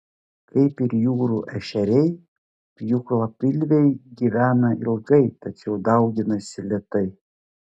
kaip ir jūrų ešeriai pjūklapilviai gyvena ilgai tačiau dauginasi lėtai